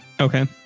okay